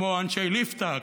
כמו אנשי ליפתא,